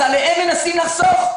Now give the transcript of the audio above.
אז עליהם מנסים לחסוך?